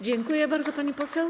Dziękuję bardzo, pani poseł.